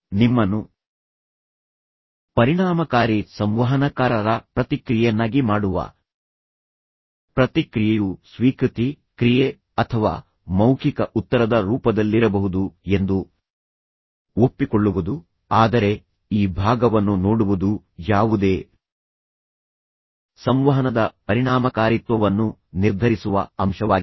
ನಿಮ್ಮನ್ನು ಪರಿಣಾಮಕಾರಿ ಸಂವಹನಕಾರರ ಪ್ರತಿಕ್ರಿಯೆಯನ್ನಾಗಿ ಮಾಡುವ ಪ್ರತಿಕ್ರಿಯೆಯು ಸ್ವೀಕೃತಿ ಕ್ರಿಯೆ ಅಥವಾ ಮೌಖಿಕ ಉತ್ತರದ ರೂಪದಲ್ಲಿರಬಹುದು ಎಂದು ಒಪ್ಪಿಕೊಳ್ಳುವುದು ಆದರೆ ಈ ಭಾಗವನ್ನು ನೋಡುವುದು ಯಾವುದೇ ಸಂವಹನದ ಪರಿಣಾಮಕಾರಿತ್ವವನ್ನು ನಿರ್ಧರಿಸುವ ಅಂಶವಾಗಿದೆ